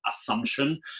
assumption